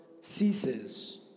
ceases